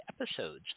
episodes